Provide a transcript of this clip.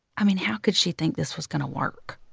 i mean, how could she think this was going to work?